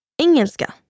Engelska